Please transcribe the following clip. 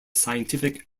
scientific